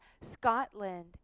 Scotland